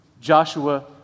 Joshua